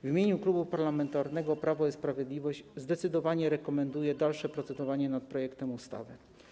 W imieniu Klubu Parlamentarnego Prawo i Sprawiedliwość zdecydowanie rekomenduję dalsze procedowanie nad projektem ustawy.